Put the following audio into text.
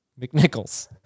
McNichols